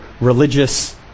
religious